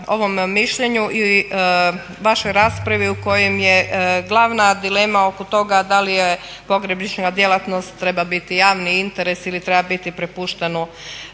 ovom mišljenju ili vašoj raspravi u kojem je glavna dilema oko toga da li je pogrebnička djelatnost treba biti javni interes ili treba biti prepušten